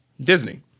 Disney